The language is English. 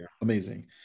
amazing